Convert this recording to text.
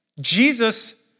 Jesus